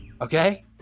Okay